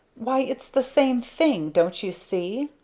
why it's the same thing! don't you see?